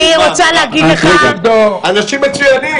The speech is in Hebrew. אני רוצה להגיד לך --- אנשים מצוינים,